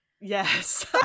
Yes